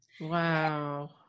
Wow